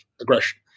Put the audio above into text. aggression